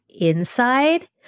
inside